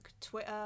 twitter